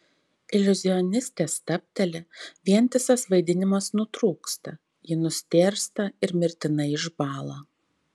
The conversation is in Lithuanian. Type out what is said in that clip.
iliuzionistė stabteli vientisas vaidinimas nutrūksta ji nustėrsta ir mirtinai išbąla